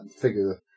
figure